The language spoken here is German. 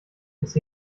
ist